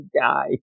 guy